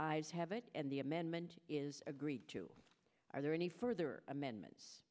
ayes have it and the amendment is agreed to are there any further amendments